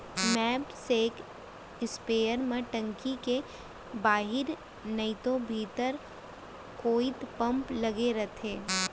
knapsack sprayer म टंकी के बाहिर नइतो भीतरी कोइत पम्प लगे रथे